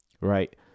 right